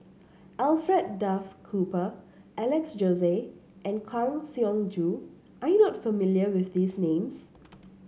Alfred Duff Cooper Alex Josey and Kang Siong Joo are you not familiar with these names